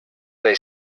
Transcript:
they